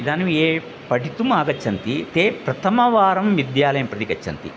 इदानीं ये पठितुम् आगच्छन्ति ते प्रथमवारं विद्यालयं प्रति गच्छन्ति